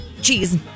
cheese